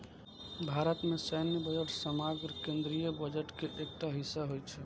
भारत मे सैन्य बजट समग्र केंद्रीय बजट के एकटा हिस्सा होइ छै